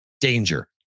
Danger